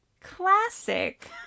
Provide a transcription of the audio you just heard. classic